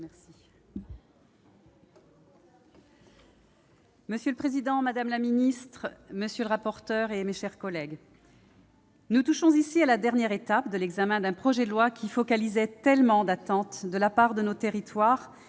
Monsieur le président, madame la ministre, mes chers collègues, nous touchons ici à la dernière étape de l'examen d'un projet de loi qui focalisait tellement d'attentes de la part de nos territoires,